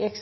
Jeg